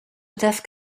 desk